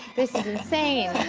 this is insane.